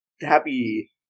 Happy